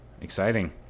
exciting